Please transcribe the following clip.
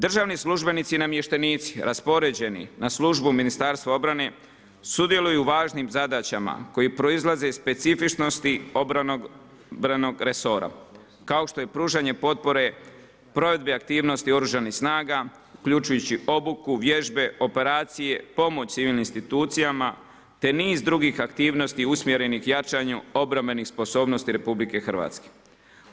Državni službenici i namještenici raspoređeni na službu u Ministarstvu obrane sudjeluju u važnim zadaćama koji proizlaze iz specifičnosti obrambenog resora kao što je pružanje potpore provedbe aktivnosti Oružanih snaga uključujući obuku, vježbe, operacije, pomoć civilnim institucijama, te niz drugih aktivnosti usmjerenih jačanju obrambenih sposobnosti Republike Hrvatske.